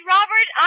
Robert